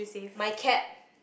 my cat